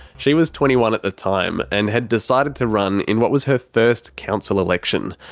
she was twenty one at the time and had decided to run in what was her first council election.